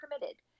committed